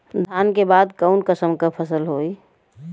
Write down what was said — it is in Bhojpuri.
धान के बाद कऊन कसमक फसल होई?